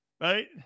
Right